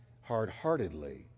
hard-heartedly